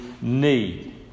need